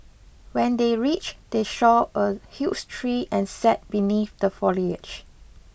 when they reached they saw a huge tree and sat beneath the foliage